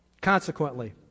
Consequently